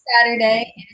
Saturday